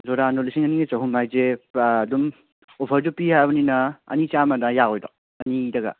ꯖꯣꯔꯗꯥꯟꯗꯣ ꯂꯤꯁꯤꯡ ꯑꯅꯤꯒ ꯆꯍꯨꯝ ꯍꯥꯏꯁꯦ ꯑꯗꯨꯝ ꯑꯣꯐꯔꯁꯨ ꯄꯤ ꯍꯥꯏꯕꯅꯤꯅ ꯑꯅꯤ ꯆꯥꯃ ꯑꯗꯥꯏꯗ ꯌꯥꯔꯣꯏꯗ꯭ꯔꯣ ꯑꯅꯤꯗꯒ